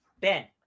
Ben